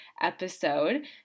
episode